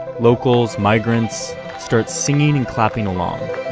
locals, migrants start singing and clapping along.